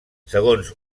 segons